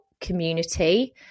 community